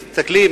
מסתכלים,